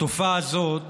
התופעה הזאת